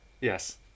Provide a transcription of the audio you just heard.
Yes